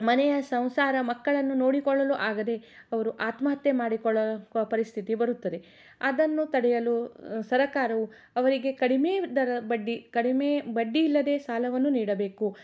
ಮನೆಯ ಸಂಸಾರ ಮಕ್ಕಳನ್ನು ನೋಡಿಕೊಳ್ಳಲು ಆಗದೆ ಅವರು ಆತ್ಮಹತ್ಯೆ ಮಾಡಿಕೊಳ್ಳಲು ಪರಿಸ್ಥಿತಿ ಬರುತ್ತದೆ ಅದನ್ನು ತಡೆಯಲು ಸರಕಾರವು ಅವರಿಗೆ ಕಡಿಮೆ ದರ ಬಡ್ಡಿ ಕಡಿಮೆ ಬಡ್ಡಿ ಇಲ್ಲದೆ ಸಾಲವನ್ನು ನೀಡಬೇಕು